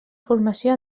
formació